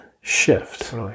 shift